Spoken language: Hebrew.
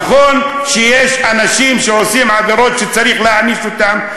נכון שיש אנשים שעושים עבירות וצריך להעניש אותם,